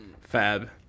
Fab